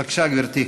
בבקשה, גברתי.